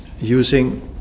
using